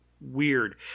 weird